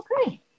Okay